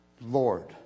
Lord